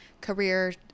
career